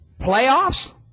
Playoffs